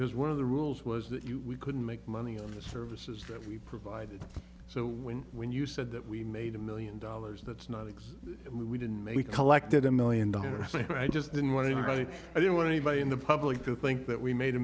because one of the rules was that you we couldn't make money on the services that we provided so when when you said that we made a million dollars that's not exist and we didn't make collected a million dollars i just didn't want to write i didn't want anybody in the public to think that we made a